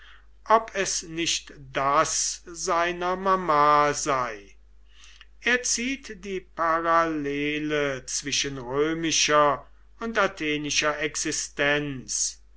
ob es nicht das seiner mama sei er zieht die parallele zwischen römischer und athenischer existenz